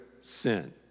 sin